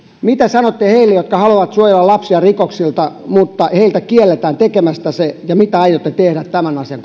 mitä sanotte heille jotka haluavat suojella lapsia rikoksilta mutta joita kielletään tekemästä se ja mitä aiotte tehdä tämän asian